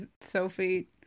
Sophie